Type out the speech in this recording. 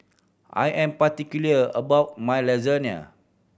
I am particular about my Lasagna